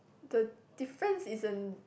the difference isn't